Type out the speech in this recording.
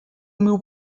mil